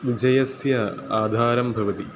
विजयस्य आधारं भवति